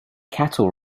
cattle